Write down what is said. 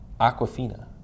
Aquafina